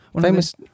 Famous